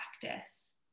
practice